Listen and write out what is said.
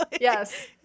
yes